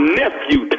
nephew